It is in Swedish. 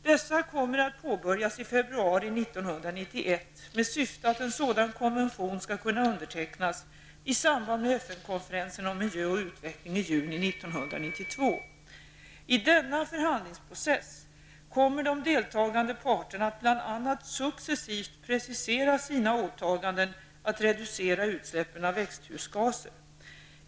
Dessa kommer att påbörjas i februari 1991 med syfte att en sådan konvention skall kunna undertecknas i samband med FN-konferensen om miljö och utveckling i juni 1992. I denna förhandlingsprocess kommer de deltagande parterna att bl.a. successivt precisera sina åtaganden att reducera utsläppen av växthusgaser.